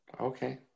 Okay